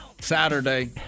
Saturday